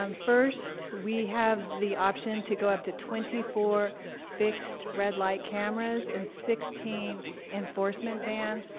um first, we have the option to go up to twenty four fixed red-light cameras and sixteen enforcement vans.